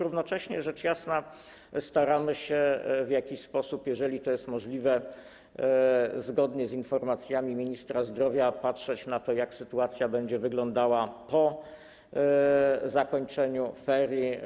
Równocześnie rzecz jasna staramy się w jakiś sposób, jeżeli to jest możliwe, kierować się informacjami ministra zdrowia i patrzeć na to, jak sytuacja będzie wyglądała po zakończeniu ferii.